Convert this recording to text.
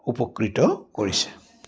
উপকৃত কৰিছে